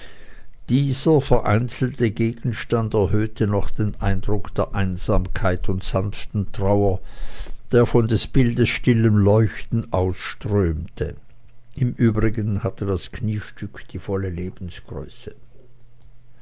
dieser vereinzelte gegenstand erhöhte noch den eindruck der einsamkeit und sanften trauer der von des bildes stillem leuchten ausströmte im übrigen hatte das kniestück die volle lebensgröße